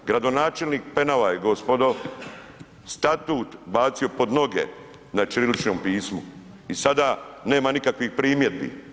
Gradonačelnik Penava je gospodo statut bacio pod noge na ćiriličnom pismu i sada nema nikakvih primjedbi.